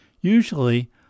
Usually